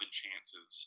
chances